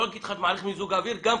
לעניין כרגע.